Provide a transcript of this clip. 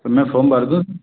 तो मैं फ़ोर्म भर दूँ